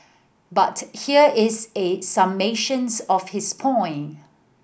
but here is a summations of his point